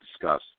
discuss